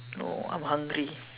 no I'm hungry